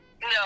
No